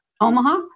Omaha